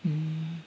mm